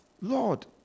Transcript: Lord